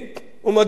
מדוע?